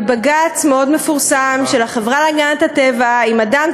בבג"ץ מאוד מפורסם של החברה להגנת הטבע עם "אדם,